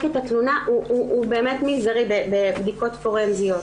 את התלונה הוא באמת מזערי בבדיקות פורנזיות.